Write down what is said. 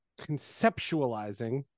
conceptualizing